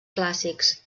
clàssics